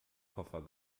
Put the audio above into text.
koffer